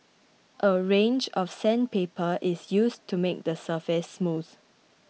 a range of sandpaper is used to make the surface smooth